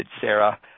Sarah